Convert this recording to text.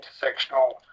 intersectional